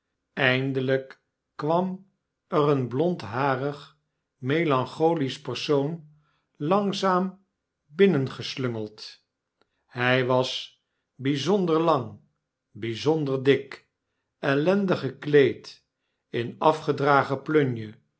eindelijk kwam er een blondharig melancholisch persoon langzaam binnengeslungeld hij was bijzonder lang bijzonder dik ellendig gekleedin afgedragen plunje